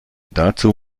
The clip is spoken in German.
dazu